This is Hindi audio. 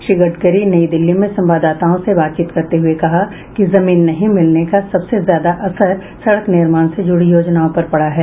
श्री गडकरी नई दिल्ली में संवाददाताओं से बातचीत करते हुये कहा कि जमीन नहीं मिलने का सबसे ज्यादा असर सड़क निर्माण से जुड़ी योजनाओं पर पड़ा है